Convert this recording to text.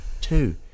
Two